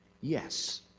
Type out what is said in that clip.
yes